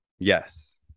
yes